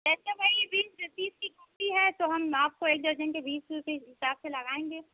वैसे भाई यह बीस या तीस की कॉपी है तो हम आपको एक दर्ज़न के बीस रुपये के हिसाब से लगाएँगे